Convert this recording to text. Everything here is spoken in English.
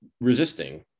resisting